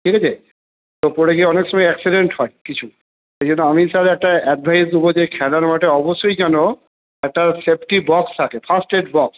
ঠিক আছে তো পরে গিয়ে অনেক সময় অ্যাকসিডেন্ট হয় কিছু সেই জন্য আমি স্যার একটা আডভাইস দেবো যে খেলার মাঠে অবশ্যই যেন একটা সেফটি বক্স থাকে ফার্স্ট এড বক্স